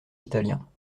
italiens